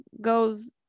goes